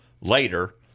later